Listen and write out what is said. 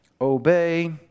obey